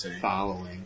following